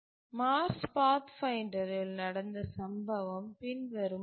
Mars Pathfinder ரில் நடந்த சம்பவம் பின்வருமாறு